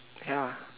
ya